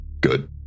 good